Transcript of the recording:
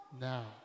now